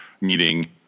meeting